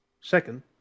second